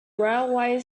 railway